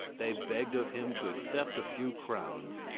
they begged of him to accept a few crowns.